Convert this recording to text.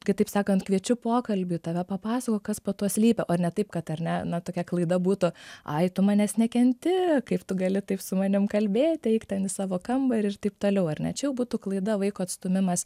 kitaip sakant kviečiu pokalbiui tave papasakok kas po to slypi o ne taip kad ar ne na tokia klaida būtų ai tu manęs nekenti kaip tu gali taip su manim kalbėti eik ten į savo kambarį ir taip toliau ar ne čia būtų klaida vaiko atstūmimas